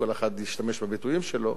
כל אחד ישתמש בביטויים שלו.